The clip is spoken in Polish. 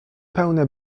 pełne